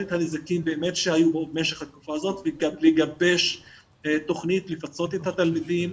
את הנזקים שהיו במשך התקופה הזאת ולגבש תכנית לפצות את התלמידים,